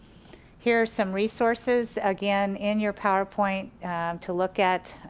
here are some resources again in your powerpoint to look at,